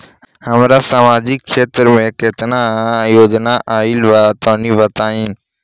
हमरा समाजिक क्षेत्र में केतना योजना आइल बा तनि बताईं?